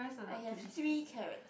I have three carrots